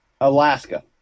Alaska